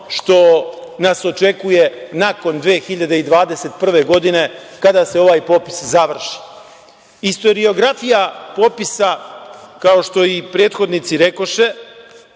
što nas očekuje nakon 2021. godine kada se ovaj popis završi. Istoriografija popisa, kao što i prethodnici rekoše,